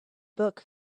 book